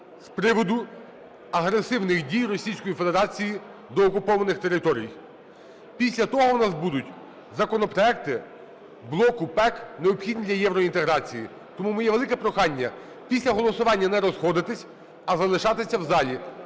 з приводу агресивних дій Російської Федерації до окупованих територій. Після того у нас будуть законопроекти блоку ПЕК, необхідні для євроінтеграції. Тому моє велике прохання, після голосування не розходитися, а залишатися в залі